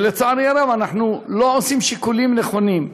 לצערי הרב, אנחנו לא עושים שיקולים נכונים.